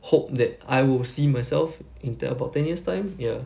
hope that I will see myself in te~ about ten years time ya